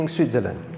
Switzerland